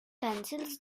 pencils